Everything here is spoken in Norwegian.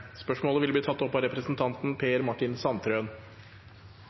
opp av representanten Per Martin Sandtrøen.